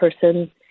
person